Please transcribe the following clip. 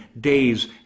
days